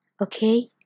okay